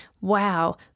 Wow